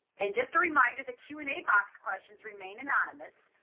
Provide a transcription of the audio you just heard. and just to remind, the q and a box questions remain anonymous.